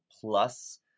plus